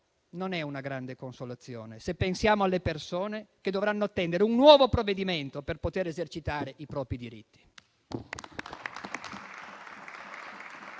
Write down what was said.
non è una grande consolazione, se pensiamo alle persone che dovranno attendere un nuovo provvedimento per poter esercitare i propri diritti.